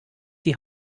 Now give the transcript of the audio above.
die